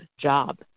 job